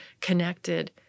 connected